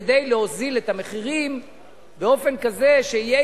כדי להוזיל את המחירים באופן כזה שיהיה